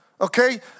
okay